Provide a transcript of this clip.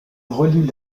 relie